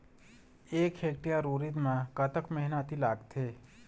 एक हेक्टेयर उरीद म कतक मेहनती लागथे?